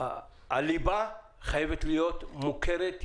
הליבה חייבת להיות מוכרת,